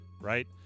right